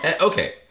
okay